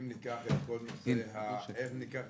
אם ניקח את כל הנושא ההימורים,